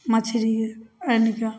मछरी आनिके